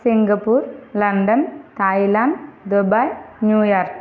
Singapore London Thailand Dubai New York